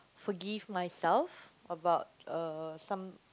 forgive myself about uh some